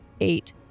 eight